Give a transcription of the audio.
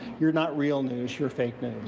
you're not real news, you're fake news.